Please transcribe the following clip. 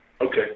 Okay